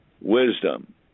wisdom